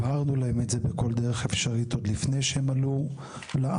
הבהרנו להם את זה בכל דרך אפשרית עוד לפני שהם עלו לארץ.